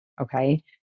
Okay